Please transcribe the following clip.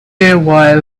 away